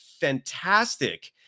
fantastic